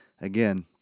Again